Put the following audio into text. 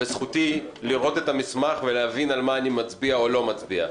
וזכותי לראות את המסמך ולהבין על מה אני מצביע או לא מצביע.